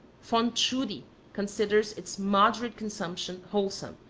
von tschudi considers its moderate consumption wholesome,